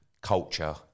culture